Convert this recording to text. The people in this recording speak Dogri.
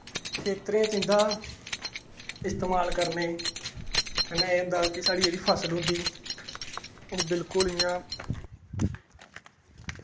खेत्तरें च इं'दा इस्तेमाल करदे ते कन्नै साढ़े जेह्ड़ी फसल होंदी ओह् बिल्कुल इ'यां